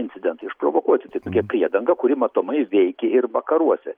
incidentą išprovokuoti tai tokia priedanga kuri matomai veikė ir vakaruose